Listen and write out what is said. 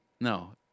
No